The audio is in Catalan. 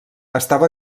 estava